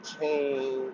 change